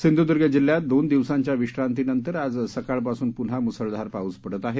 सिंधुदुर्ग जिल्ह्यात दोन दिवसांच्या विश्रांतीनंतर आज सकाळपासून पुन्हां मुसळधार पाऊस पडत आहे